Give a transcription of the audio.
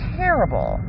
terrible